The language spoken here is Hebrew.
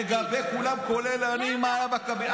לגבי כולם, כולל אני, מה היה בקבינט.